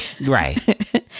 Right